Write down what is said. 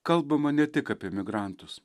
kalbama ne tik apie migrantus